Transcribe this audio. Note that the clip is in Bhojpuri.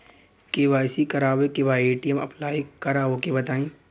के.वाइ.सी करावे के बा ए.टी.एम अप्लाई करा ओके बताई?